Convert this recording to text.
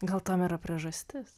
gal tam yra priežastis